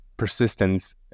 Persistence